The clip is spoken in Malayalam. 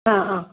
അഹ് അഹ്